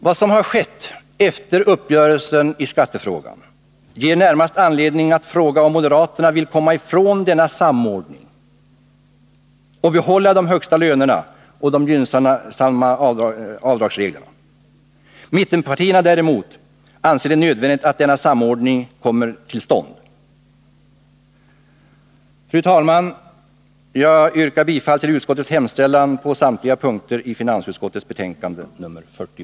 Vad som har skett efter uppgörelsen i skattefrågan ger närmast anledning att fråga om moderaterna vill komma ifrån denna samordning och behålla både de högsta lönerna och de gynnsamma avdragsreglerna. Mittenpartierna däremot anser det nödvändigt att denna samordning kommer till stånd. Fru talman! Jag yrkar bifall till utskottets hemställan på samtliga punkter i finansutskottets betänkande 40.